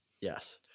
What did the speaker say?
yes